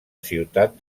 ciutat